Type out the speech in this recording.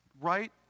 right